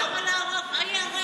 למה להרוג, מה ייהרג?